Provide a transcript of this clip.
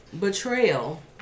betrayal